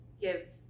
give